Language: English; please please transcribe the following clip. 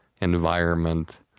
environment